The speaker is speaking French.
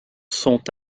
sont